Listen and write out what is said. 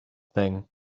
thing